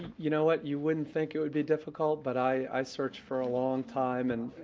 you know what, you wouldn't think it would be difficult, but i searched for a long time. and